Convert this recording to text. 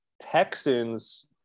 Texans